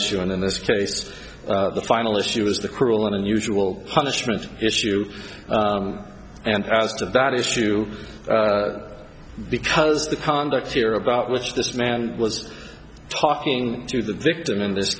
issue and in this case the final issue is the cruel and unusual punishment issue and as to that issue because the conduct here about which this man was talking to the victim in this